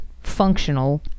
functional